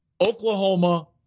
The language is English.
Oklahoma